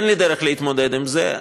אין לי דרך להתמודד עם זה.